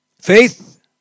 faith